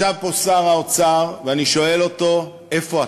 ישב פה שר האוצר, ואני שואל אותו: איפה אתה?